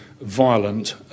violent